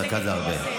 דקה זה הרבה.